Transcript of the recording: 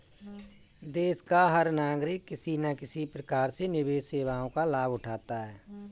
देश का हर नागरिक किसी न किसी प्रकार से निवेश सेवाओं का लाभ उठाता है